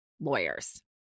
lawyers